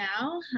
now